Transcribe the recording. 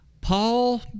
Paul